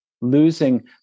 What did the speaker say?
Losing